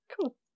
Cool